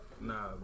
Nah